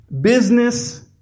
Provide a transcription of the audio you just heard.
business